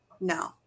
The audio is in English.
No